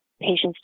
patients